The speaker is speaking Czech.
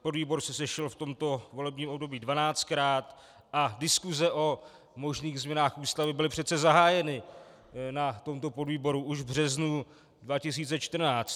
Podvýbor se sešel v tomto volebním období dvanáctkrát a diskuse o možných změnách Ústavy byly přece zahájeny na tomto podvýboru už v březnu 2014.